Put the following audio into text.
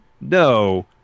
no